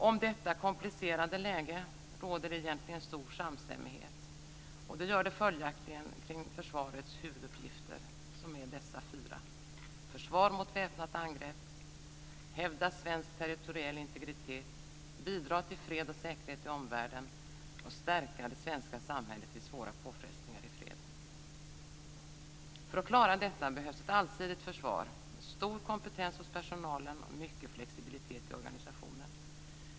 Om detta komplicerade läge råder det egentligen stor samstämmighet, och det gör det följaktligen kring försvarets huvuduppgifter, som är dessa fyra: försvara mot väpnat angrepp, hävda svensk territoriell integritet, bidra till fred och säkerhet i omvärlden och stärka det svenska samhället vid svåra påfrestningar i fred. För att klara detta behövs det ett allsidigt försvar med stor kompetens hos personalen och mycket flexibilitet i organisationen.